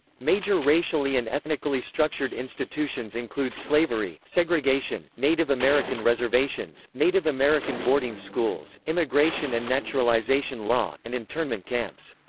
major racially and ethnically structured institutions include slavery, segregation, native american reservations, native american boarding schools, immigration and naturalization law, and internment camps.